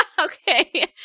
Okay